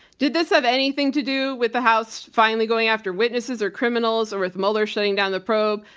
did this have anything to do with the house finally going after witnesses or criminals or with mueller shutting down the probe?